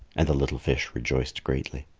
and the little fish rejoiced greatly.